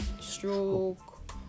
stroke